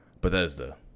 Bethesda